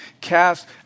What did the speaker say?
cast